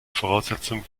voraussetzungen